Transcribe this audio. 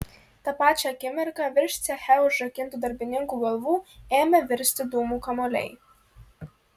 tą pačią akimirką virš ceche užrakintų darbininkų galvų ėmė virsti dūmų kamuoliai